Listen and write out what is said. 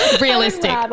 realistic